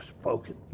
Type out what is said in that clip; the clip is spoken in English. spoken